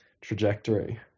trajectory